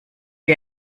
wie